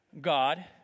God